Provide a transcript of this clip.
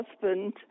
husband